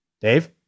Dave